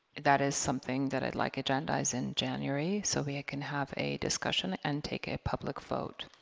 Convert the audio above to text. that is something that i'd like agendize in january so we can have a discussion and take a public vote